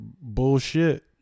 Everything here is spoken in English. Bullshit